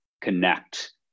connect